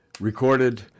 recorded